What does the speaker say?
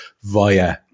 via